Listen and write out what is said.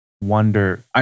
wonder